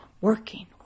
working